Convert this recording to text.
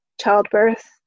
childbirth